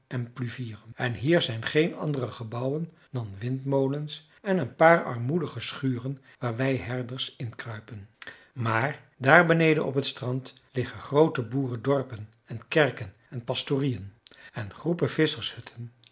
en pluvieren en hier zijn geen andere gebouwen dan windmolens en een paar armoedige schuren waar wij herders inkruipen maar daar beneden op het strand liggen groote boerendorpen en kerken en pastorieën en groepen